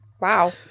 Wow